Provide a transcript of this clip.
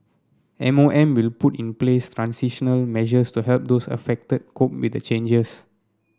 M O M will put in place transitional measures to help those affected cope with the changes